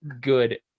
good